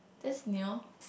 that's new